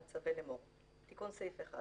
אני מצווה לאמור: תיקון סעיף 1